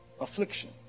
affliction